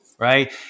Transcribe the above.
Right